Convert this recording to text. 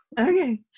okay